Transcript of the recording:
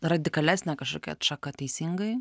radikalesnė kažkokia atšaka teisingai